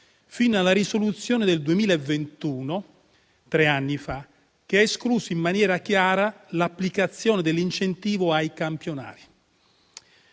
fino alla risoluzione del 2021 (tre anni fa), che ha escluso in maniera chiara l'applicazione dell'incentivo ai campionari.